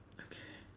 okay